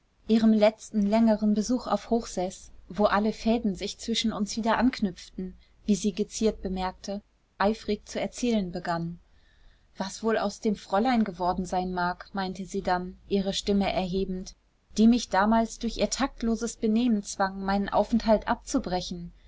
ihrem letzten längeren besuch auf hochseß wo alle fäden sich zwischen uns wieder anknüpften wie sie geziert bemerkte eifrig zu erzählen begann was wohl aus dem fräulein geworden sein mag meinte sie dann ihre stimme erhebend die mich damals durch ihr taktloses benehmen zwang meinen aufenthalt abzubrechen